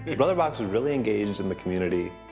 brother box is really engaged in the community.